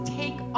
take